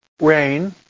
rain